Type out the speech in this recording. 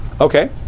Okay